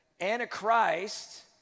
Antichrist